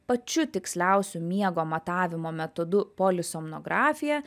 pačiu tiksliausiu miego matavimo metodu polisomnografija